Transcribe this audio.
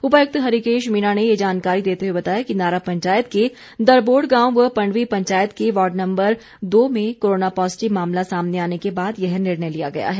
उपायुकत हरिकेश मीणा ने ये जानकारी देते हुए बताया कि नारा पंचायत के दरबोड़ गांव व पंडवी पंचायत के वॉर्ड नम्बर दो में कोरोना पॉज़िटिव मामला सामने आने के बाद यह निर्णय लिया गया है